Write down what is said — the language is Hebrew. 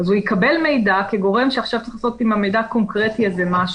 אז הוא יקבל מידע כגורם שעכשיו צריך לעשות עם המידע הקונקרטי הזה משהו.